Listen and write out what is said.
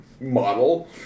model